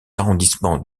arrondissements